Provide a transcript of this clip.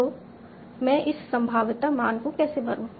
तो मैं इस संभाव्यता मान को कैसे भरूं